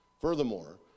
Furthermore